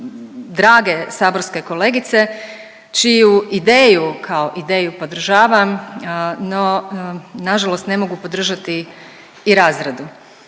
drage saborske kolegice čiju ideju, kao ideju podržavam no nažalost ne mogu podržati i razradu.